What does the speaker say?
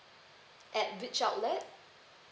at which outlet